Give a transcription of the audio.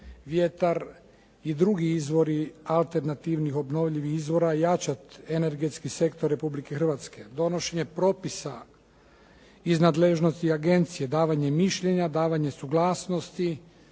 i drugi izvori alternativnih, obnovljivih izvora jačat energetski sektor Republike Hrvatske. Donošenje propisa iz nadležnosti agencije, davanje mišljenja, davanje suglasnosti,